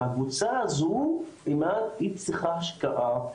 הקבוצה הזו, אימאן, היא צריכה השקעה.